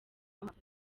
amafoto